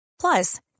Plus